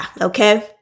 okay